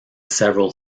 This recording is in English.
several